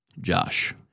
Josh